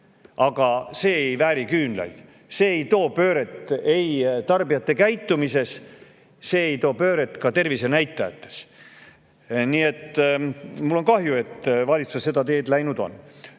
aga see ei vääri küünlaid, see ei too pööret tarbijate käitumises, see ei too pööret ka tervisenäitajates. Nii et mul on kahju, et valitsus on seda teed läinud.